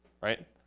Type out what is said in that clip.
right